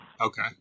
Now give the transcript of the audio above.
Okay